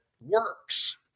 works